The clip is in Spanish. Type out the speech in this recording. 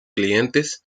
clientes